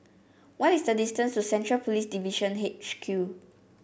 what is the distance to Central Police Division H Q